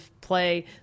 play